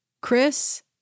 Chris